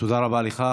תודה רבה לך.